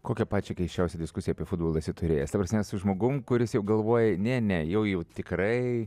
kokią pačią keisčiausią diskusiją apie futbolą esi turėjęs ta prasme su žmogumi kuris jau galvoja ne ne jau jau tikrai